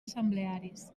assemblearis